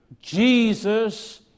Jesus